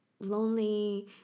lonely